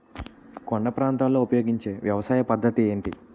కొండ ప్రాంతాల్లో ఉపయోగించే వ్యవసాయ పద్ధతి ఏంటి?